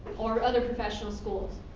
or other professional schools?